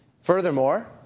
Furthermore